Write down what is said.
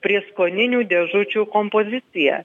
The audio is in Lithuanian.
prieskoninių dėžučių kompozicija